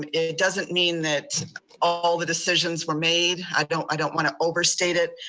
um it doesn't mean that all the decisions were made, i don't i don't wanna overstate it,